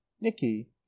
Nicky